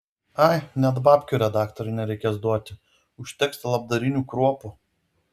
ai net babkių redaktoriui nereikės duoti užteks labdarinių kruopų